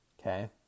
Okay